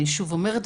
אני שוב אומרת,